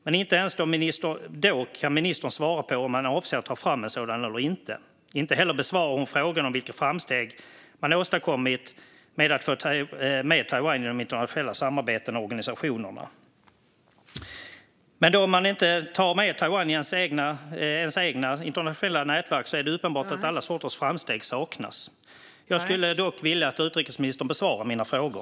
Men inte ens då kan ministern svara på om man avser att ta fram en strategi eller inte. Hon besvarar inte heller frågan om vilka framsteg man har åstadkommit för att få med Taiwan i internationella samarbeten och organisationer. Om man inte har med Taiwan i det egna internationella nätverket blir det uppenbart att alla slags framsteg saknas. Jag skulle vilja att utrikesministern besvarar mina frågor.